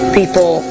people